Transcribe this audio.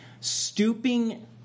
stooping